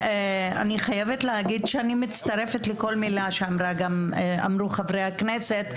אני חייבת להגיד שאני מצטרפת לכל מילה שאמרו חברי הכנסת.